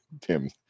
tim